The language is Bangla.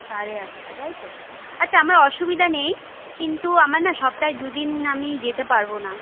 সাড়ে আটটা তাই তো আচ্ছা আমার অসুবিধা নেই কিন্তু আমার না সপ্তাহে দু দিন আমি যেতে পারবো না